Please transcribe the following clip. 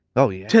oh yeah.